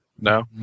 no